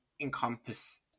encompass